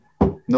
no